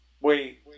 Wait